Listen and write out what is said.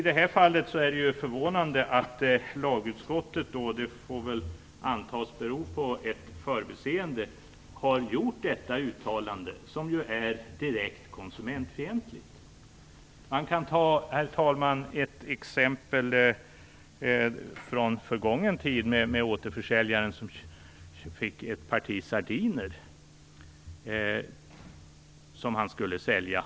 Det är förvånande att lagutskottet - det får väl antas bero på ett förbiseende - har gjort detta uttalande, som ju är direkt konsumentfientligt. Man kan, herr talman, ta ett exempel från förgången tid med återförsäljaren som fick ett parti sardiner som han skulle sälja.